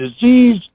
disease